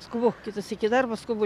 skubu kitąsyk į darbą skubu